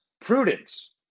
prudence